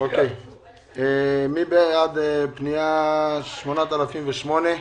מי בעד פנייה 8008,